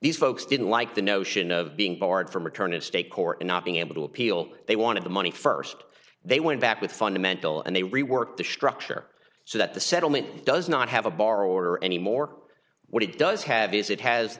these folks didn't like the notion of being barred from return of state court and not being able to appeal they wanted the money first they went back with fundamental and they reworked the structure so that the settlement does not have a borrower any more what it does have is it has